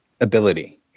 ability